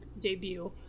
debut